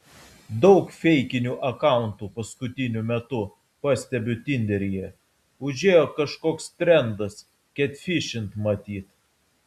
daug feikinių akauntų paskutiniu metu pastebiu tinderyje užėjo kažkoks trendas ketfišint matyt